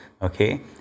Okay